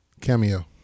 Cameo